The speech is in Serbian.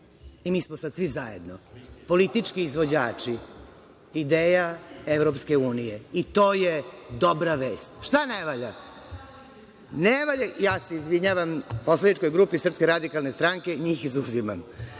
i mi smo sad svi zajedno politički izvođači ideja EU. To je dobra vest. Šta ne valja? Ja se izvinjavam poslaničkoj grupi Srpske radikalne stranke, njih izuzimam.